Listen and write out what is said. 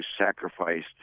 sacrificed